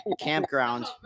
campground